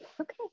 Okay